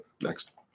Next